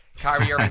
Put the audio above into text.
Kyrie